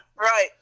Right